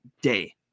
day